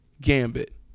Gambit